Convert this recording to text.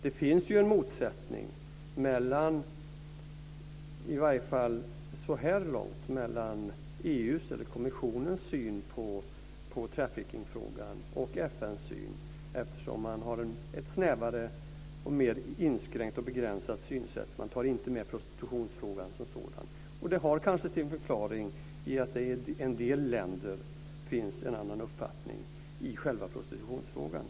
Det finns ju en motsättning, i varje fall så här långt, mellan EU:s, eller kommissionens, syn på trafficking-frågan och FN:s syn, eftersom man har ett snävare och mer inskränkt och begränsat synsätt. Man tar inte med prostitutionsfrågan som sådan. Det har kanske sin förklaring i att det i en del länder finns en annan uppfattning i själva prostitutionsfrågan.